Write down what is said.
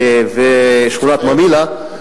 המדובר ושכונת ממילא,